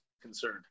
concerned